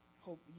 hope